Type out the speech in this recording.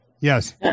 Yes